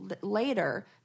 later